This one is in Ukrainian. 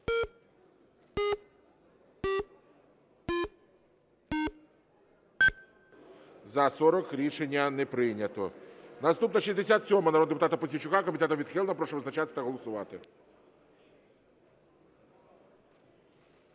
За-40 Рішення не прийнято. Наступна 67-а народного депутата Пузійчука. Комітетом відхилена. Прошу визначатись та голосувати.